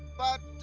but,